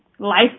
life